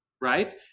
right